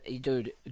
dude